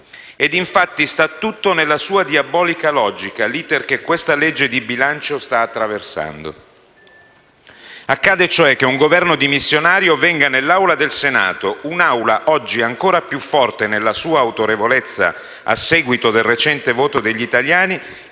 e infatti sta tutto nella sua diabolica logica l'*iter* che questo disegno di legge di bilancio sta attraversando. Accade, cioè, che un Governo dimissionario venga nell'Aula del Senato, un'Assemblea oggi ancora più forte nella sua autorevolezza a seguito del recente voto degli italiani,